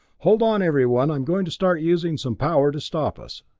hold on, everyone, i am going to start using some power to stop us.